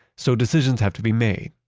so decisions have to be made.